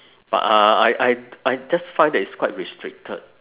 but uh I I I just find that it's quite restricted